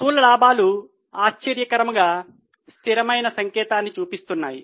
స్థూల లాభాలు ఆశ్చర్యకరంగా స్థిరమైన సంకేతాన్ని చూపిస్తున్నాయి